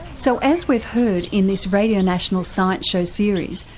so as we've heard in this radio national science show series,